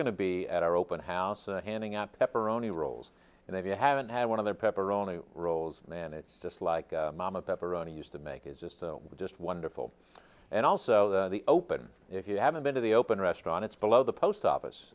going to be at our open house and handing out pepperoni rolls and if you haven't had one of their pepperoni rolls then it's just like mama pepperoni used to make it just just wonderful and also the open if you haven't been to the open restaurant it's below the post office